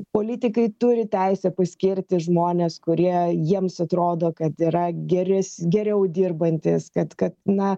politikai turi teisę paskirti žmones kurie jiems atrodo kad yra geres geriau dirbantys kad kad na